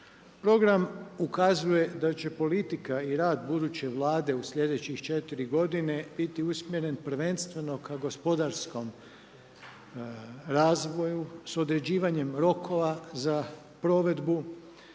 Program ukazuje da će politika i rad buduće Vlade u sljedećih 4 godine biti usmjerena prvenstveno ka gospodarskom razvoju s određivanjem rokova za provedbu